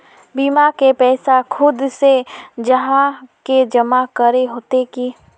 बीमा के पैसा खुद से जाहा के जमा करे होते की?